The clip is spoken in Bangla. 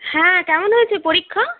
হ্যাঁ কেমন হয়েছে পরীক্ষা